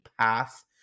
path